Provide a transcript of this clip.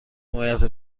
حمایت